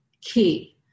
key